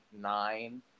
nine